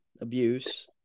abuse